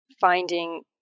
finding